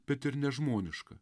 bet ir nežmoniška